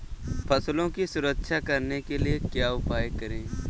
फसलों की सुरक्षा करने के लिए क्या उपाय करें?